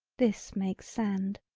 this makes sand.